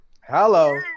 Hello